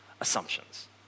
assumptions